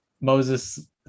Moses